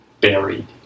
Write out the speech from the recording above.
buried